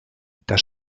das